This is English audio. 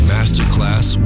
Masterclass